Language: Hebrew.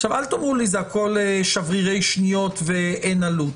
אל תאמרו לי שהכול שברירי שניות ואין עלות.